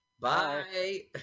Bye